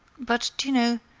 but, do you know,